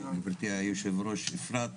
גברתי היושבת ראש אפרת,